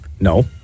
No